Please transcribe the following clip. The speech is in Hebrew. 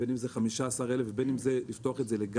בין אם זה 15,000 ובין אם לפתוח את זה לגמרי,